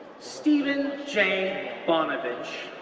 stephen j. bonevitch,